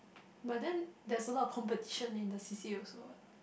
but then there's a lot of competition in the C_C_A also what